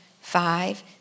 five